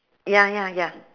ya ya ya